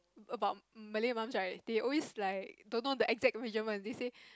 about Malay mums right they always like don't know the exact measurement they say